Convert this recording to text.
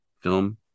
film